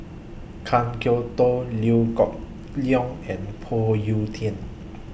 Kan Kwok Toh Liew Geok Leong and Phoon Yew Tien